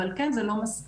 אבל כן זה לא מספיק,